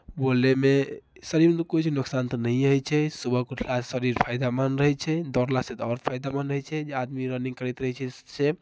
बोलयमे शरीरमे कोइ चीज नुकसान तऽ नहिए होइ छै सुबहकेँ उठलासँ शरीर फायदामन्द रहै छै दौड़लासँ तऽ आओर फायदामन्द होइ छै जे आदमी रनिंग करैत रहै छै से